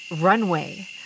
runway